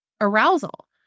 arousal